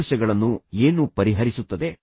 ಸಂಘರ್ಷಗಳನ್ನು ಏನು ಪರಿಹರಿಸುತ್ತದೆ